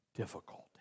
difficulty